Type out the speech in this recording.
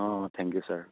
অঁ thank you sir